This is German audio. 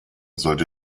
sollte